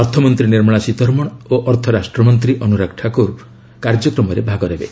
ଅର୍ଥମନ୍ତ୍ରୀ ନିର୍ମଳା ସୀତାରମଣ ଓ ଅର୍ଥରାଷ୍ଟ୍ରମନ୍ତ୍ରୀ ଅନୁରାଗ ଠାକୁର ମଧ୍ୟ କାର୍ଯ୍ୟକ୍ମରେ ଅଂଶଗ୍ହଣ କରିବେ